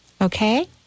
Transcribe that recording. Okay